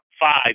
five